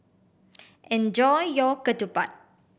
enjoy your ketupat